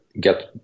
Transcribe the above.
get